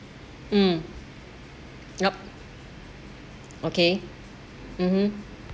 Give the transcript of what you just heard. mm yup okay mmhmm